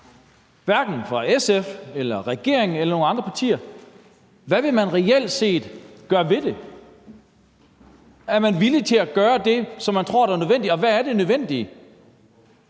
hverken fra SF eller nogen andre partier eller regeringen, på, hvad man reelt set vil gøre ved det. Er man villig til at gøre det, som man tror er nødvendigt, og hvad er det nødvendigt